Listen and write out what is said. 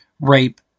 rape